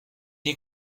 est